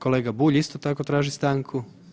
Kolega Bulj isto tako traži stanku.